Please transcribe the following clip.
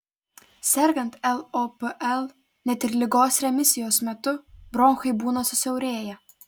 sergant lopl net ir ligos remisijos metu bronchai būna susiaurėję